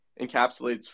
encapsulates